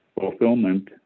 fulfillment